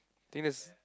I think that's